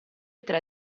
tre